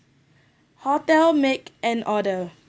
hotel make an order